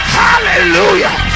hallelujah